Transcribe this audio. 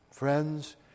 Friends